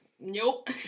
Nope